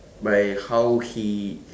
by how he